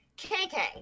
KK